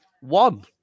one